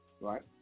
Right